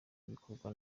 bikorwa